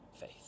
faith